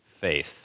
faith